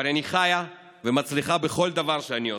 אבל אני חיה ומצליחה בכל דבר שאני עושה.